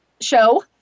show